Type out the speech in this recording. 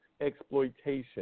exploitation